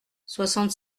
soixante